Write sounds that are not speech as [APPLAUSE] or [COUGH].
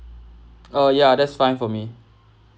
[NOISE] uh ya that's fine for me